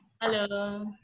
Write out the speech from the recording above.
Hello